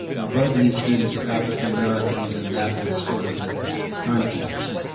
now both of these students are african americans and that was sort of the context.